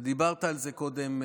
ודיברת על זה קודם,